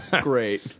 Great